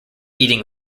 eating